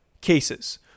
cases